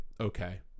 okay